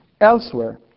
elsewhere